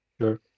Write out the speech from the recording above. Sure